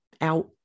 out